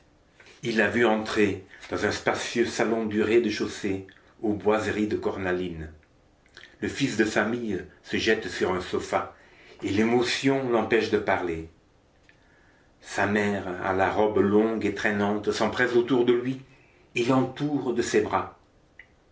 il l'a vu entrer dans un spacieux salon du rez-de-chaussée aux boiseries de cornaline le fils de famille se jette sur un sofa et l'émotion l'empêche de parler sa mère à la robe longue et traînante s'empresse autour de lui et l'entoure de ses bras